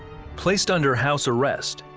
placed under house arrest,